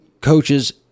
coaches